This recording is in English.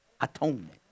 atonement